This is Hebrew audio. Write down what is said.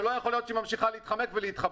זה לא יכול להיות שהיא ממשיכה להתחמק ולהתחבא.